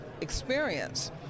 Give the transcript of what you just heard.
experience